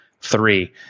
three